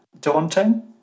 Daunting